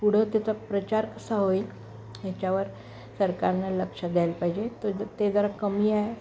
पुढे त्याचा प्रचार कसा होईल यावर सरकारने लक्ष द्यायला पाहिजे ते जे ते जरा कमी आहे